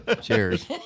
Cheers